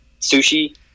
sushi